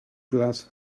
glas